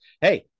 Hey